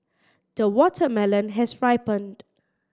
the watermelon has ripened